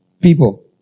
people